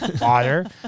water